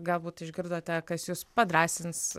galbūt išgirdote kas jus padrąsins